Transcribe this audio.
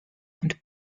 und